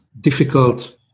difficult